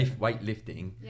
weightlifting